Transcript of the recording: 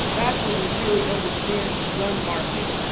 that's when we really understand the gun market,